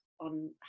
on